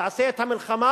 תעשה את המלחמה,